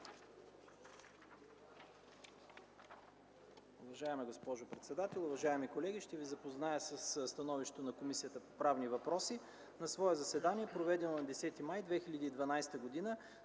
Уважаеми господин председател, уважаеми колеги, ще ви запозная с доклада на Комисията по правни въпроси. „На свое заседание, проведено на 17 ноември 2010 г.,